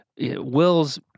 Will's